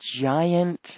giant